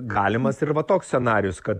galimas ir va toks scenarijus kad